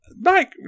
Mike